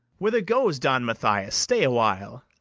whither goes don mathias? stay a while.